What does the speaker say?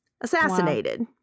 assassinated